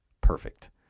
perfect